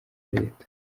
leta